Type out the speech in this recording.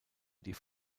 die